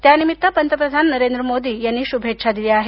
त्यानिमित्त पंतप्रधान नरेंद्र मोदी यांनी शुभेच्छा दिल्या आहेत